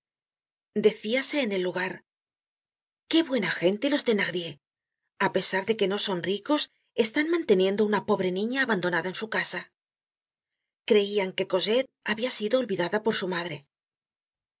decíase en el lugar qué buena gente son los thenardier a pesar de que no son ricos están manteniendo una pobre niña abandonada en su casa creian que cosette habia sido olvidada por su madre